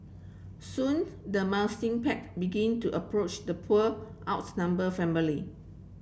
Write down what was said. soon the pack began to approach the poor outnumbered family